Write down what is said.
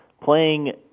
playing